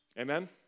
Amen